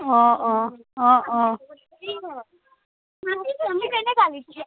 অঁ অঁ অঁ অঁ